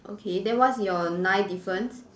okay then what's your nine difference